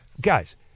guys